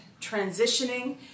transitioning